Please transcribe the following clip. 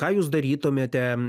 ką jūs darytumėte